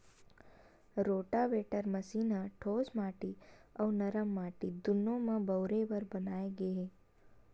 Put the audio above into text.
rotavator machine ह ठोस माटी अउ नरम माटी दूनो म बउरे बर बनाए गे हे